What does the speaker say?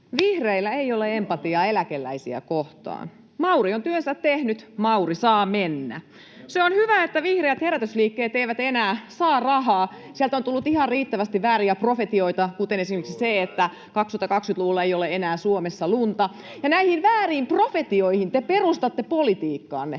Vihreillä ei ole empatiaa eläkeläisiä kohtaan. Mauri on työnsä tehnyt, Mauri saa mennä. Se on hyvä, että vihreät herätysliikkeet eivät enää saa rahaa. Sieltä on tullut ihan riittävästi vääriä profetioita, esimerkiksi se, että 2020-luvulla ei ole enää Suomessa lunta. Ja näihin vääriin profetioihin te perustatte politiikkaanne.